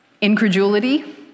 Incredulity